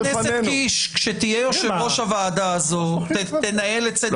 כשתהיה יושב-ראש הוועדה הזו תנהל איך שתרצה.